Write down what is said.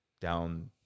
down